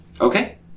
Okay